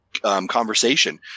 conversation